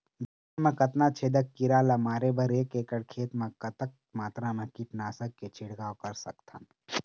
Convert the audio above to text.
धान मा कतना छेदक कीरा ला मारे बर एक एकड़ खेत मा कतक मात्रा मा कीट नासक के छिड़काव कर सकथन?